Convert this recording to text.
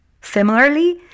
Similarly